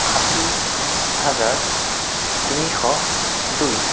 ষাঠী হাজাৰ তিনিশ দুই